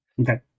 Okay